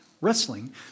wrestling